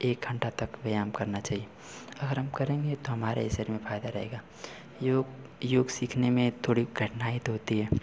एक घंटे तक व्यायाम करना चाहिए आराम करेंगे तो हमारे ही शरीर में फायदा रहेगा योग योग सीखने में थोड़ी कठिनाई तो होती है